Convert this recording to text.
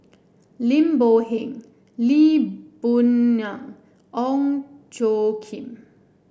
Lim Boon Heng Lee Boon Ngan Ong Tjoe Kim